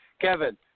Kevin